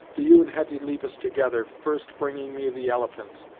do you and hetty leave us together, first bringing me the elephants,